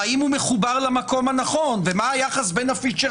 האם הוא מחובר למקום הנכון ומה היחס בין הפיצ'ר